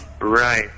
right